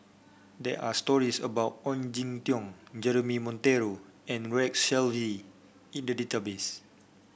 there are stories about Ong Jin Teong Jeremy Monteiro and Rex Shelley in the database